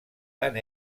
tant